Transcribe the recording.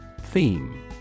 Theme